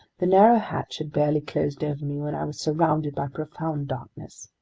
the narrow hatch had barely closed over me when i was surrounded by profound darkness.